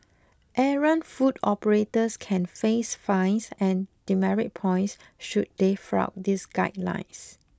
errant food operators can face fines and demerit points should they flout these guidelines